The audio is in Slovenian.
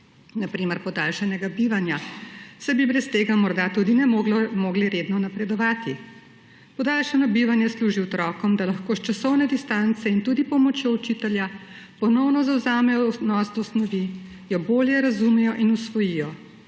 na primer, podaljšanega bivanja, saj bi brez tega morda tudi ne mogli redno napredovati. Podaljšano bivanje služi otrokom, da lahko s časovne distance in tudi s pomočjo učitelja ponovno zavzamejo odnos do snovi, jo bolje razumejo in osvojijo.